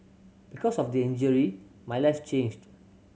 because of the injury my life changed